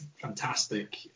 fantastic